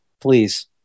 please